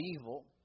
evil